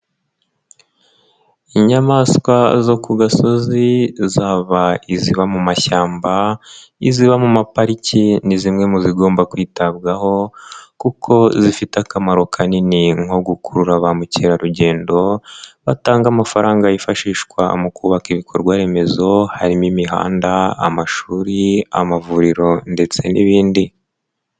Inyamaswa zo ku gasozi zaba iziba mu mashyamba, iziba mu mapariki ni zimwe mu zigomba kwitabwaho kuko zifite akamaro kanini nko gukurura ba mukerarugendo batanga amafaranga yifashishwa mu kubaka ibikorwaremezo, harimo imihanda, amashuri, amavuriro ndetse n'ibindi.